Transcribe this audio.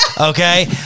okay